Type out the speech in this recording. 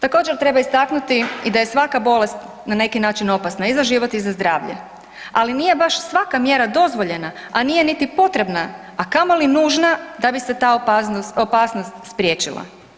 Također treba istaknuti i da je svaka bolest na neki način opasna i za život i za zdravlje, ali nije baš svaka mjera dozvoljena, a nije niti potrebna, a kamoli nužna da bi se ta opasnost spriječila.